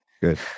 Good